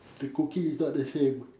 her cooking is not the same